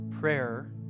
prayer